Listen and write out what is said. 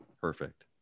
Perfect